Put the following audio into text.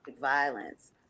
violence